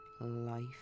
life